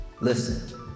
Listen